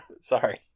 Sorry